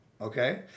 Okay